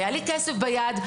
היה לי כסף ביד.